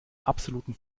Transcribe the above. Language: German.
absoluten